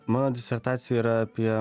mano disertacija yra apie